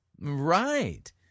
Right